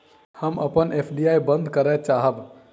हम अपन एफ.डी बंद करय चाहब